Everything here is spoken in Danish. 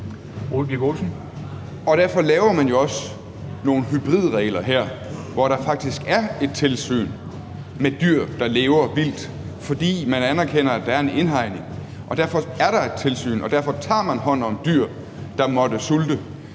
Derfor laver man jo også nogle hybridregler her, hvor der faktisk er et tilsyn med dyr, der lever vildt, fordi man anerkender, at der er en indhegning. Derfor er der et tilsyn, og derfor tager man hånd om dyr, der måtte sulte.